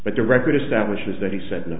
the record establishes that he said no